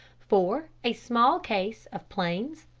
four. a small case of planes,